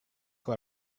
who